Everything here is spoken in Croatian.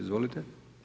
Izvolite.